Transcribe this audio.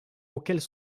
auxquels